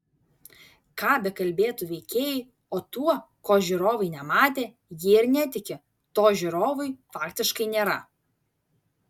ką bekalbėtų veikėjai o tuo ko žiūrovai nematė jie ir netiki to žiūrovui faktiškai nėra